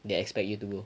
they expect you to go